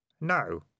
No